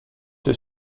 suoi